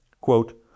quote